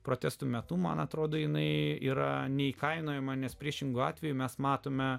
protestų metu man atrodo jinai yra neįkainojama nes priešingu atveju mes matome